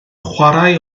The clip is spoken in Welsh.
chwarae